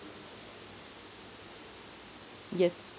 yes